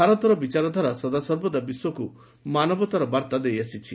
ଭାରତର ବିଚାରଧାରା ସଦାସର୍ବଦା ବିଶ୍ୱକ୍ ମାନବତାର ବାର୍ତ୍ତା ଦେଇଆସିଛି